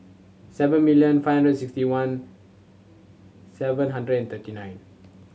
seven million five hundred sixty one seven hundred and thirty nine